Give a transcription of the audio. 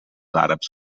àrabs